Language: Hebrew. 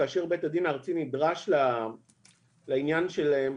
כאשר בית הדין הארצי נדרש לעניין שלהם,